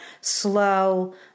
slow